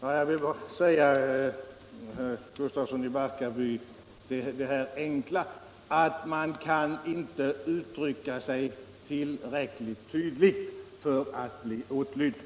Herr talman! Jag vill bara säga herr Gustafsson i Barkaby att man inte kan uttrycka sig tillräckligt tydligt för att bli åtlydd.